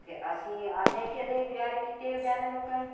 ते असें ई इ'यै जे गुजारे कीते बचारे लोकें